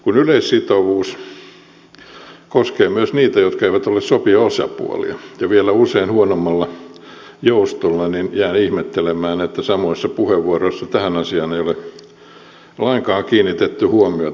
kun yleissitovuus koskee myös niitä jotka eivät ole sopijaosapuolia ja vielä usein huonommalla joustolla niin jään ihmettelemään että samoissa puheenvuoroissa tähän asiaan ei ole lainkaan kiinnitetty huomiota